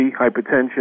hypertension